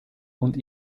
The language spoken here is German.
und